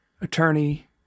attorney